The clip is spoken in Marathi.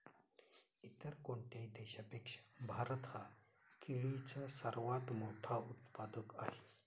इतर कोणत्याही देशापेक्षा भारत हा केळीचा सर्वात मोठा उत्पादक आहे